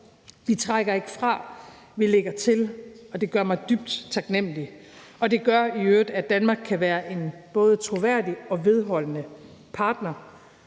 Vi trækker ikke fra, vi lægger til, og det gør mig dybt taknemlig, og det gør i øvrigt, at Danmark kan være en både troværdig og vedholdende partner